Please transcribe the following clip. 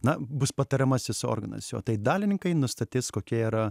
na bus patariamasis organas jo dalininkai nustatys kokie yra